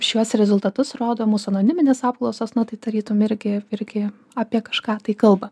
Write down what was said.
šiuos rezultatus rodo mūsų anoniminės apklausos na tai tarytum irgi irgi apie kažką tai kalba